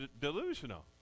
delusional